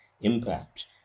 impact